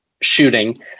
shooting